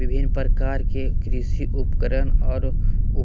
विभिन्न प्रकार के कृषि उपकरण और